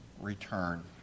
return